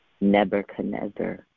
Nebuchadnezzar